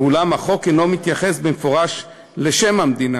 אולם החוק אינו מתייחס במפורש לשם המדינה.